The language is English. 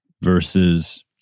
versus